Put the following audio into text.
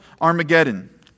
Armageddon